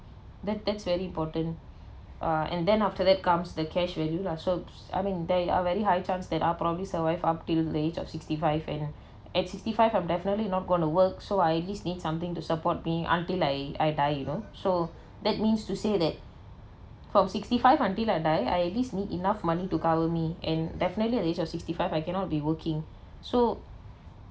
that that's very important uh and then after that comes the cash value lah so I mean there are very high chance that I'll probably survive up till the age of sixty five and at sixty five I'm definitely not going to work so I at least need something to support me until like I die you know so that means to say that from sixty five until I die I at least need enough money to cover me and definitely at the age of sixty five I cannot be working so